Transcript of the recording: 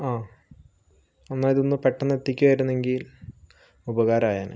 അ അന്നാ ഇതൊന്ന് പെട്ടന്നെത്തിക്കുമായിരുന്നുനെങ്കിൽ ഉപകാരായേനെ